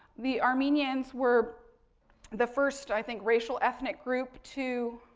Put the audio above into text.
the armenians were the first, i think, racial ethnic group to